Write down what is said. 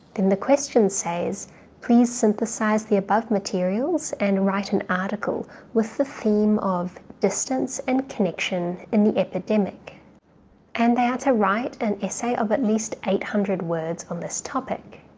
then the question says please synthesize the above materials and write an article with the theme of distance and connection in the epidemic and they are to write an essay of at least eight hundred words on this topic.